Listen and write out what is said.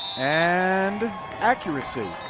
and accuracy.